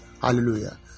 Hallelujah